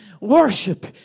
worship